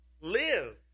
live